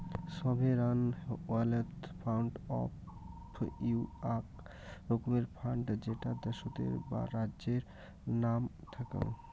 sovereign wealth fund হউ আক রকমের ফান্ড যেটা দ্যাশোতর বা রাজ্যের নাম থ্যাক্যাং